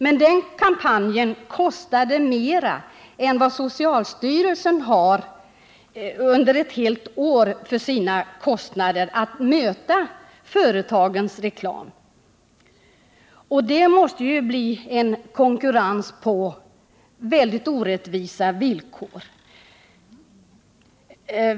Men den kampanjen kostade mer än vad socialstyrelsen har till sitt förfogande under ett helt år för att möta företagens reklam, och det måste ju leda till att det blir en konkurrens på mycket orättvisa villkor.